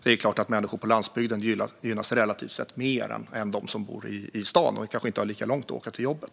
Det är klart att människor på landsbygden gynnas relativt sett mer än de som bor i staden och inte har lika långt att åka till jobbet.